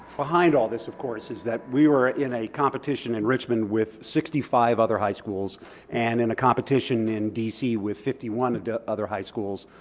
behind all this of course is that we were in a competition in richmond with sixty five other high schools and in a competition in dc with fifty one other high schools.